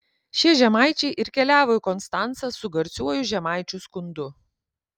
šie žemaičiai ir keliavo į konstancą su garsiuoju žemaičių skundu